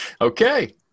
Okay